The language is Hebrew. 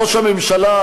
ראש הממשלה,